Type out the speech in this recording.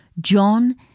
John